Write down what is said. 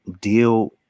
deal